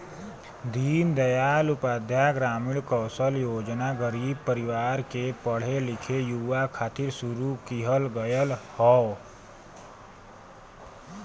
दीन दयाल उपाध्याय ग्रामीण कौशल योजना गरीब परिवार के पढ़े लिखे युवा खातिर शुरू किहल गयल हौ